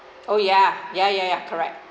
oh ya ya ya ya correct